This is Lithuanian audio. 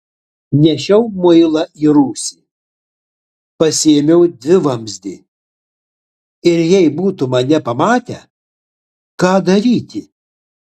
nešiau muilą į rūsį pasiėmiau dvivamzdį ir jei būtų mane pamatę ką daryti